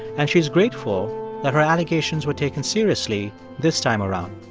and she's grateful that her allegations were taken seriously this time around.